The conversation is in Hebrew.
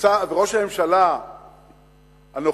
וראש הממשלה הנוכחי,